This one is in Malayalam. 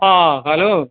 ആ ഹലോ